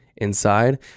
inside